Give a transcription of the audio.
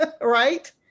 Right